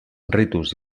ritus